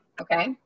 okay